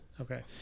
Okay